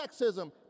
sexism